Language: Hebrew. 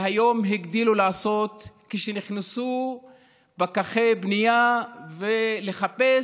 והיום הגדילו לעשות כשנכנסו פקחי בנייה לחפש